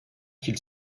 qu’il